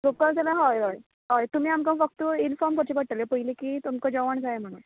locals जाल्यार हय हय हय तुमी आमकां फक्त इन्फाॅर्म करचें पडटलें की तुमका जेवण जाय म्हणोन